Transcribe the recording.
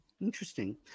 interesting